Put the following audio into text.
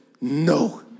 no